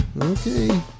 Okay